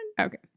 Okay